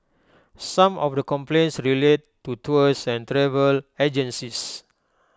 some of the complaints relate to tours and travel agencies